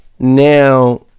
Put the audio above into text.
Now